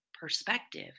perspective